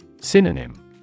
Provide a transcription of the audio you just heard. Synonym